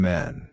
Men